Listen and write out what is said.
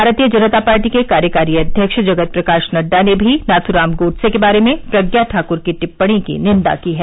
भारतीय जनता पार्टी के कार्यकारी अध्यक्ष जगत प्रकाश नड्डा ने भी नाथूराम गोडसे के बारे में प्रज्ञा ठाकुर की टिप्पणी की निंदा की है